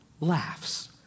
laughs